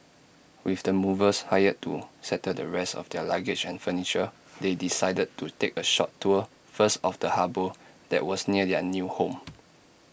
with the movers hired to settle the rest of their luggage and furniture they decided to take A short tour first of the harbour that was near their new home